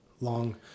long